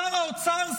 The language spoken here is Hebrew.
שר האוצר,